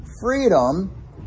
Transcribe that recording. Freedom